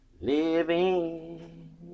Living